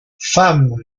femmes